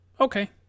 Okay